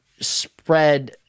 spread